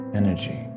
energy